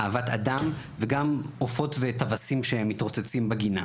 אהבת אדם וגם עופות וטווסים שמתרוצצים בגינה.